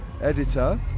editor